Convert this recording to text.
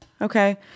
Okay